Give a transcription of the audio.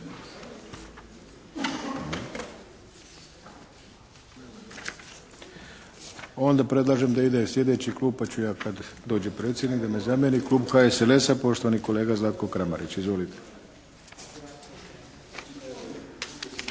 Onda predlažem da ide sljedeći klub, pa ću ja kad dođe predsjednik da me zamjeni. Klub HSLS-a, poštovani kolega Zlatko Kramarić. Izvolite!